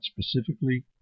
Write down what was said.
specifically